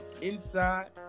inside